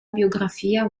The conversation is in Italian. biografia